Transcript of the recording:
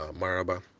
maraba